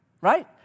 right